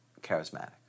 charismatic